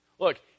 Look